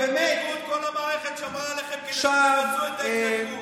כל המערכת שמרה עליכם כדי שתבצעו את ההתנתקות,